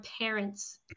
parents